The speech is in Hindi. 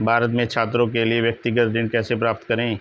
भारत में छात्रों के लिए व्यक्तिगत ऋण कैसे प्राप्त करें?